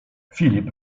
filip